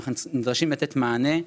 אנחנו נדרשים לתת מענה.